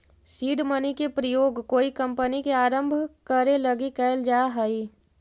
seed money के प्रयोग कोई कंपनी के आरंभ करे लगी कैल जा हई